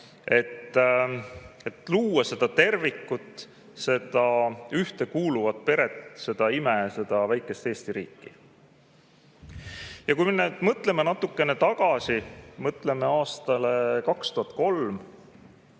Et luua seda tervikut, seda ühtekuuluvat peret, seda imet, seda väikest Eesti riiki. Kui me mõtleme natuke tagasi, mõtleme aastale 2003,